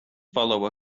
follow